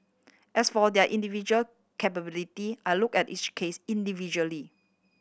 as for their individual culpability I look at each case individually